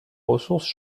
ressources